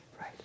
right